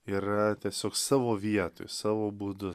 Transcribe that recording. yra tiesiog savo vietoj savo būdu